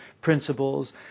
principles